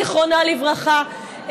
זיכרונה לברכה,